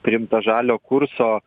priimta žaliojo kurso